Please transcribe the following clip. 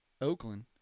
Oakland